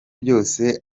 byose